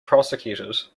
prosecuted